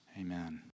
Amen